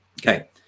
Okay